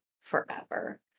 forever